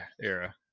era